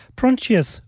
Prontius